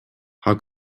how